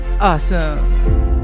awesome